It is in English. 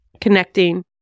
connecting